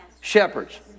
Shepherds